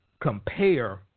compare